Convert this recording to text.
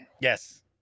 Yes